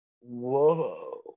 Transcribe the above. whoa